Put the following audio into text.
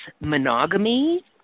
monogamy